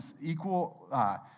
equal